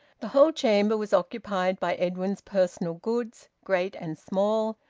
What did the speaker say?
the whole chamber was occupied by edwin's personal goods, great and small,